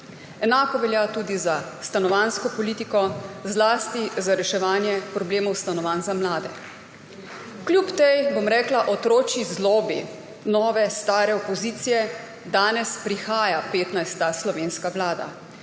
Enako velja tudi za stanovanjsko politiko, zlasti za reševanje problemov stanovanj za mlade. Kljub tej, bom rekla, otročji zlobi nove stare opozicije danes prihaja 15. slovenska vlada.